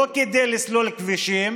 לא כדי לסלול כבישים